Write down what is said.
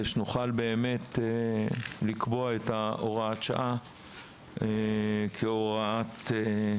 שבאמת נוכל לקבוע את הוראת השעה כהוראת קבע,